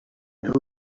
who